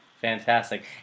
Fantastic